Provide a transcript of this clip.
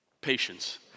patience